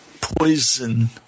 poison